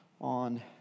on